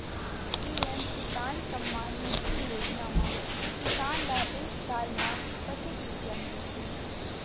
PM किसान सम्मान निधी योजना म किसान ल एक साल म कतेक रुपिया मिलथे?